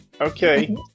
Okay